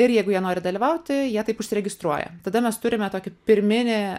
ir jeigu jie nori dalyvauti jie taip užsiregistruoja tada mes turime tokį pirminį